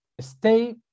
stay